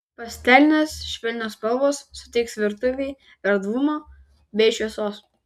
pastelinės švelnios spalvos suteiks virtuvei erdvumo bei šviesos